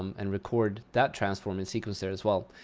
um and record that transform in sequencer as well.